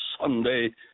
Sunday